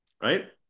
Right